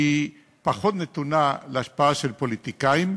פחות נתונה להשפעה של פוליטיקאים,